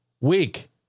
week